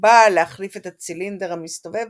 מקובל להחליף את הצילינדר המסתובב